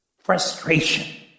frustration